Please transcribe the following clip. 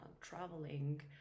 traveling